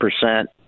percent